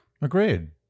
Agreed